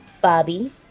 Bobby